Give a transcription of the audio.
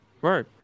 Right